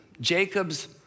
Jacob's